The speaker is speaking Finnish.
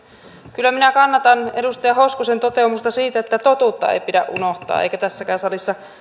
kyllä minä kannatan edustaja hoskosen toteamusta siitä että totuutta ei pidä unohtaa eikä tässäkään salissa